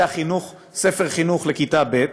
זה החינוך, ספר חינוך לכיתה ב'